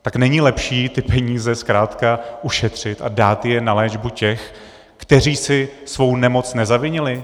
Tak není lepší ty peníze zkrátka ušetřit a dát je na léčbu těch, kteří si svou nemoc nezavinili?